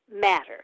matter